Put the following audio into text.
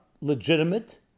legitimate